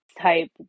type